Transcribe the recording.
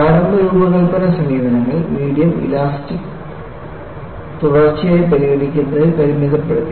പ്രാരംഭ രൂപകൽപ്പന സമീപനങ്ങൾ മീഡിയം ഇലാസ്റ്റിക് തുടർച്ചയായി പരിഗണിക്കുന്നതിൽ പരിമിതപ്പെടുത്തി